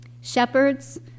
Shepherds